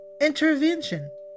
Intervention